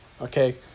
okay